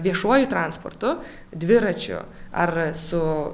viešuoju transportu dviračiu ar su